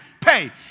pay